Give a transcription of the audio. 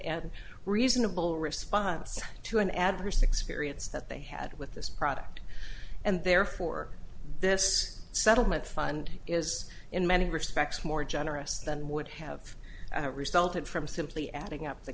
and reasonable response to an ad for six periods that they had with this product and therefore this settlement fund is in many respects more generous than would have resulted from simply adding up the